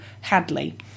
Hadley